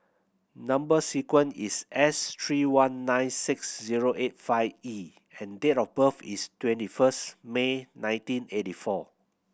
number sequence is S three one nine six zero eight five E and date of birth is twenty first May nineteen eighty four